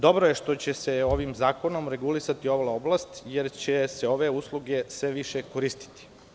Dobro je što će se ovim zakonom regulisati ova oblast, jer će se ove usluge sve više koristiti.